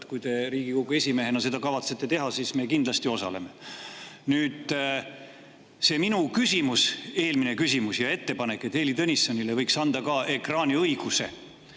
Kui te Riigikogu esimehena seda kavatsete teha, siis me kindlasti osaleme. Minu eelmine küsimus ja ettepanek, et Heili Tõnissonile võiks anda ka ekraaniõiguse,